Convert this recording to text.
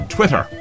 Twitter